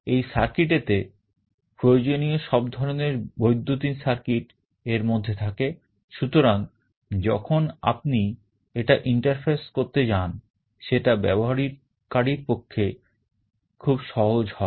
এই circuit এতে প্রয়োজনীয় সব ধরনের বৈদ্যুতিন circuit এর মধ্যে থাকে সুতরাং যখন আপনি এটা interface করতে যান সেটা ব্যবহারকারীর পক্ষে খুব সহজ হয়